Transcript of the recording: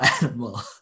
animal